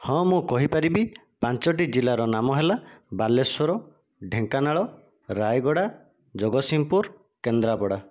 ହଁ ମୁଁ କହିପାରିବି ପାଞ୍ଚଟି ଜିଲ୍ଲାର ନାମ ହେଲା ବାଲେଶ୍ୱର ଢେଙ୍କାନାଳ ରାୟଗଡ଼ା ଜଗତସିଂହପୁର କେନ୍ଦ୍ରାପଡ଼ା